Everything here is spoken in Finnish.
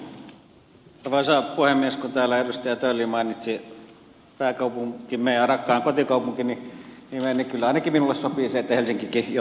kun täällä edustaja tölli mainitsi pääkaupunkimme ja rakkaan kotikaupunkini nimen niin kyllä ainakin minulle sopii se että helsinkikin johonkin kuntaan liitetään